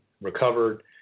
recovered